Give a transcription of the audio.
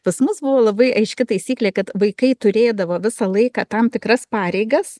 pas mus buvo labai aiški taisyklė kad vaikai turėdavo visą laiką tam tikras pareigas